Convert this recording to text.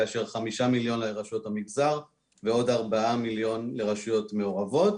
כאשר 5 מיליון לרשויות המגזר ועוד 4 מיליון לרשויות מעורבות.